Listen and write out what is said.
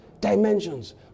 Dimensions